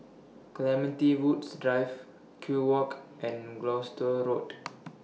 Clementi Woods Drive Kew Walk and Gloucester Road